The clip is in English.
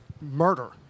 murder